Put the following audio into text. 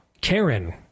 Karen